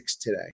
today